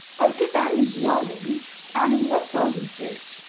oh, give annie the orange. annie loves oranges,